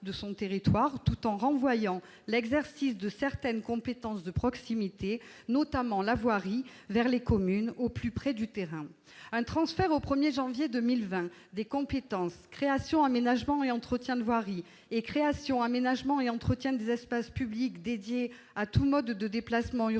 de son territoire tout en renvoyant l'exercice de certaines compétences de proximité, notamment la voirie, vers les communes, au plus près du terrain. Un transfert au 1 janvier 2020 des compétences « création, aménagement et entretien de voirie » et « création, aménagement et entretien des espaces publics dédiés à tout mode de déplacement urbain